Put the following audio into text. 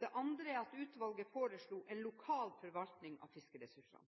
Det andre er at utvalget foreslo en lokal forvaltning av fiskeressursene.